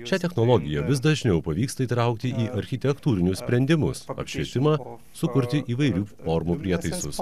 šią technologiją vis dažniau pavyksta įtraukti į architektūrinius sprendimus apšvietimą sukurti įvairių formų prietaisus